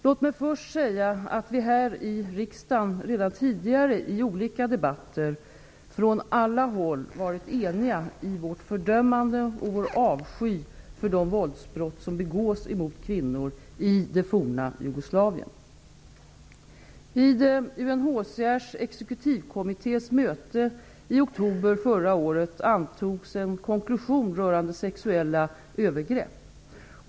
Låt mig först säga att vi här i riksdagen redan tidigare i olika debatter från alla håll har varit eniga i vårt fördömande av och vår avsky för de våldsbrott som begås mot kvinnor i det forna Jugoslavien. Vid UNHCR:s exekutivkommittés möte i oktober förra året antogs en konklusion rörande sexuella övergrepp.